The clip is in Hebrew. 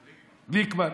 גליקמן.